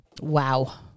Wow